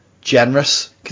generous